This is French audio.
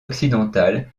occidentale